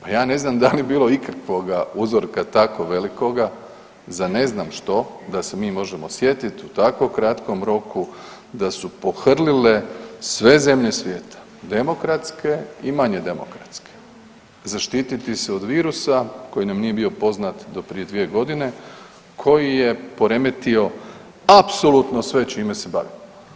A ja ne znam da li je bilo ikakvoga uzorka tako velikoga za ne znam što, da se mi možemo sjetiti u tako kratkom roku da su pohrlile sve zemlje svijeta, demokratske i manje demokratske, zaštiti se od virusa koji nam nije bio poznat do prije 2 godine koji je poremetio apsolutno sve čime se bavimo.